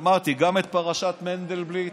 אמרתי, גם את פרשת מנדלבליט.